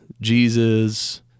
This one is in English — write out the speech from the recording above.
Jesus